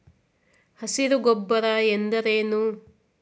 ಹಸಿರು ಗೊಬ್ಬರ ಎಂದರೇನು?